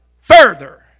further